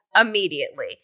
immediately